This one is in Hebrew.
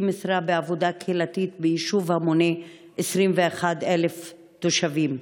משרה בעבודה קהילתית ביישוב המונה 21,000 תושבים.